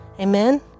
Amen